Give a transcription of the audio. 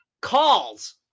calls